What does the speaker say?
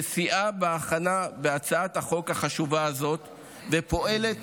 שסייעה בהכנה בהצעת החוק החשובה הזאת ופועלת